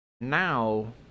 Now